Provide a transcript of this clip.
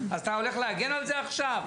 אז אתה הולך להגן על זה עכשיו,